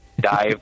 dive